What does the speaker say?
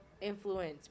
influence